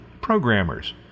programmers